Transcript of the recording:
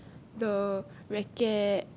the racket